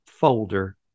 folder